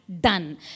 done